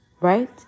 Right